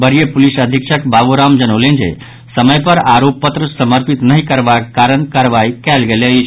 वरीय पुलिस अधीक्षक बाबूराम जनौलनि जे समय पर आरोप पत्र समर्पित नहि करबाक कारण ई कार्रवाई कयल गेल अछि